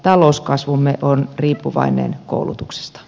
talouskasvumme on riippuvainen koulutuksesta